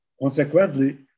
Consequently